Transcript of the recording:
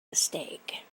mistake